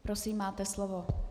Prosím, máte slovo.